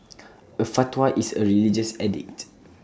A fatwa is A religious edict